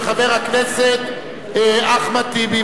של חבר הכנסת אחמד טיבי.